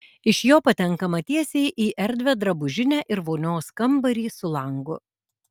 iš jo patenkama tiesiai į erdvią drabužinę ir vonios kambarį su langu